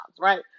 right